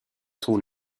trouve